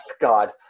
God